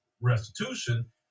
restitution